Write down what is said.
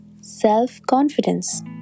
self-confidence